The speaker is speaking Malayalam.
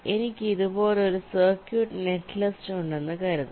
എനിക്ക് ഇതുപോലൊരു സർക്യൂട്ട് നെറ്റ്ലിസ്റ്റ് ഉണ്ടെന്ന് കരുതുക